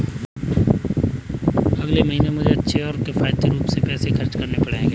अगले महीने मुझे अच्छे से और किफायती रूप में पैसे खर्च करने पड़ेंगे